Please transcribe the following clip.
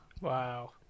Wow